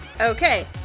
Okay